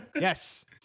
Yes